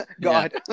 God